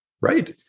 Right